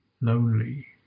lonely